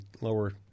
lower